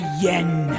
yen